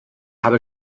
habe